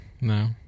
no